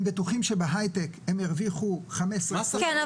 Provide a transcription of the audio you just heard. הם בטוחים שבהייטק הם ירוויחו 15% --- כן,